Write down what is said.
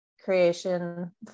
creation